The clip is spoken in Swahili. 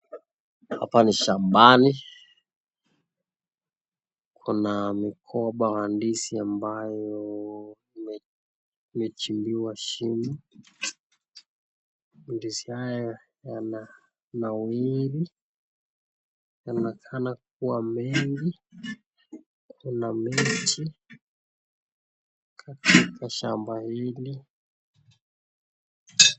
Hapa ni shambani, kuna mgomba wa ndizi ambayo imechimbiwa shimo , ndizi hizi zimenawiri zinaonekana kuwa mengi kuna miti katika shamba hili.